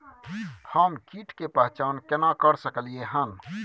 हम कीट के पहचान केना कर सकलियै हन?